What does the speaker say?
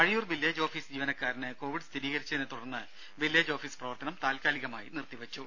അഴിയൂർവില്ലേജ് office ജീവനക്കാരന് Covid സ്ഥിരീകരിച്ചതിനെ തുടർന്ന് വില്ലേജ് ഓഫിസ് പ്രവർത്തനം താത്കാലികമായി നിർത്തിവെച്ചു